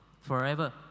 forever